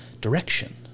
direction